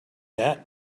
that